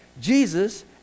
Jesus